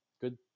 good